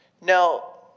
Now